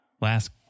last